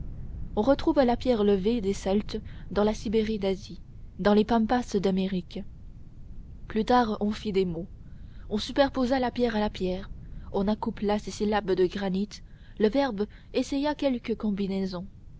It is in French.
on retrouve la pierre levée des celtes dans la sibérie d'asie dans les pampas d'amérique plus tard on fit des mots on superposa la pierre à la pierre on accoupla ces syllabes de granit le verbe essaya quelques combinaisons